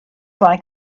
like